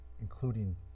including